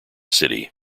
city